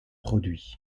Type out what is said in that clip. produits